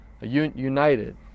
united